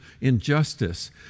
injustice